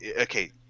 okay